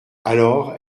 alors